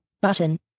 button